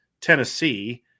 Tennessee